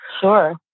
Sure